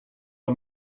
are